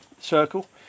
circle